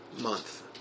month